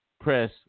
Press